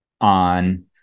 on